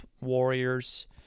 Warriors